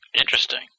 Interesting